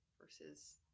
versus